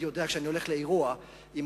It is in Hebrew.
כשאני הולך לאירוע אני לא תמיד יודע